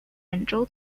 兖州